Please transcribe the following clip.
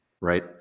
right